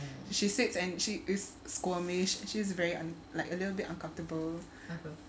she sits and she is squirmish she's very like a little bit uncomfortable